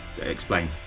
Explain